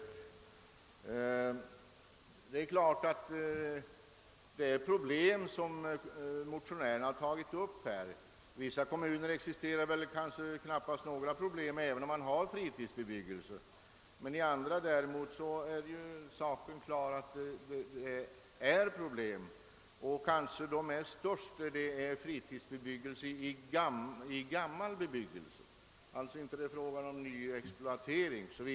I en del kommuner existerar knappast några problem av den art som herr Enarsson har tagit upp, även om dessa kommuner har fritidsbebyggelse, men i andra är det klart att det finns svårigheter; kanske dessa är störst där fritidsbebyggelse blandas med gammal bebyggelse och det alltså inte är fråga om nyexploatering o. s. v.